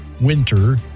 winter